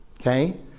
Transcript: okay